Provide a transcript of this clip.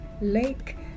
Lake